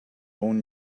own